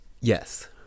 yes